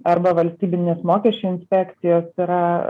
arba valstybinės mokesčių inspekcijos yra